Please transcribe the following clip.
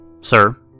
sir